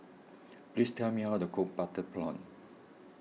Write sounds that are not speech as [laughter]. [noise] please tell me how to cook Butter Prawn